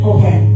Okay